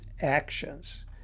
actions